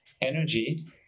energy